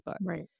Right